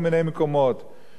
איפה היתה המשטרה?